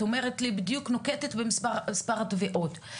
את בדיוק נוקטת במספר התביעות,